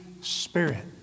Spirit